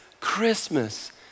Christmas